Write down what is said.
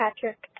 Patrick